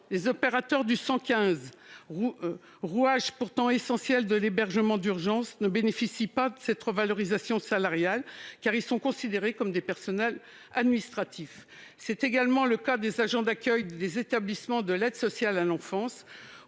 les opérateurs du 115, qui pourtant sont des rouages essentiels de l'hébergement d'urgence, ne bénéficient pas de cette revalorisation, car ils sont considérés comme des personnels administratifs, tout comme les agents d'accueil des établissements de l'aide sociale à l'enfance